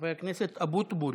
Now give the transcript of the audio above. חבר הכנסת אבוטבול.